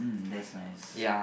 mm that's nice